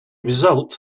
result